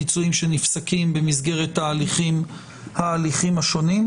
פיצויים שנפסקים במסגרת ההליכים השונים,